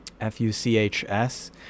F-U-C-H-S